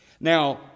Now